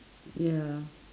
ya